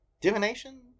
divination